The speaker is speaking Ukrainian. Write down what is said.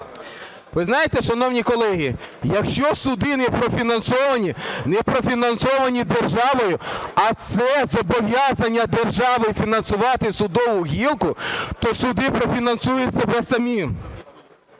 Ви знаєте, шановні колеги, якщо суди не профінансовані, не профінансовані державою, а це зобов'язання держави – фінансувати судову гілку, то суди профінансують себе самі.